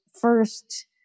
first